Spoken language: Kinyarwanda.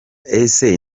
ese